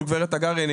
גברת תגרי,